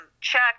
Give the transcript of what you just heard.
check